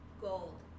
gold